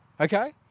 okay